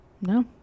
No